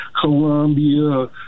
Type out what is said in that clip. Colombia